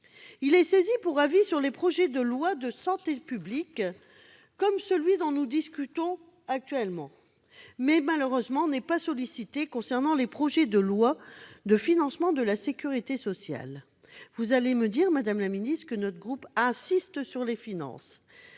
Il est saisi pour avis sur les projets de loi de santé publique comme celui dont nous discutons actuellement, mais il n'est malheureusement pas sollicité concernant les projets de loi de financement de la sécurité sociale. Vous me répondrez, madame la ministre, que notre groupe insiste sur les finances,